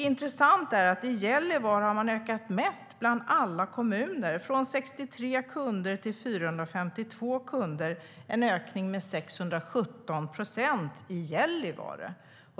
Intressant är att Gällivare har ökat mest bland alla kommuner, från 63 kunder till 452 kunder. Det är en ökning med 617 procent i Gällivare.